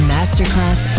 Masterclass